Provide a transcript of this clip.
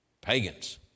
pagans